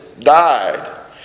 died